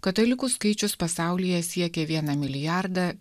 katalikų skaičius pasaulyje siekia vieną milijardą